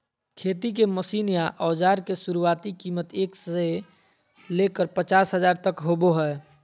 खेती के मशीन या औजार के शुरुआती कीमत एक हजार से लेकर पचास हजार तक होबो हय